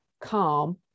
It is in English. calm